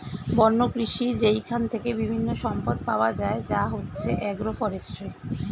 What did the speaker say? বন্য কৃষি যেইখান থেকে বিভিন্ন সম্পদ পাওয়া যায় যা হচ্ছে এগ্রো ফরেষ্ট্রী